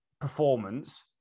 performance